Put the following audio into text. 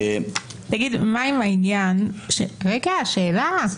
מה עם העניין ------ שאלה.